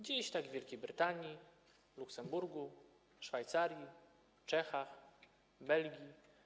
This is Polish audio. Dzieje się tak w Wielkiej Brytanii, Luksemburgu, Szwajcarii, Czechach, Belgii.